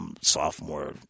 sophomore